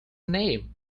name